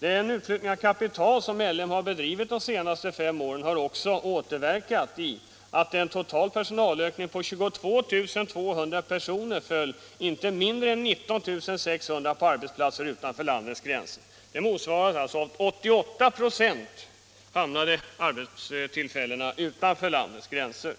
Den utflyttning av kapital som L M har bedrivit de senaste fem åren har också haft den återverkningen att av en total personalökning på 22 200 personer föll inte mindre än 19 600 på arbetsplatser utanför landets gränser. 88 96 av arbetstillfällena hamnade alltså utanför landets gränser!